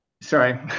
sorry